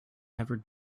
never